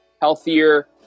healthier